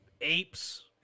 apes